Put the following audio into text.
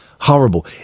horrible